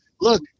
look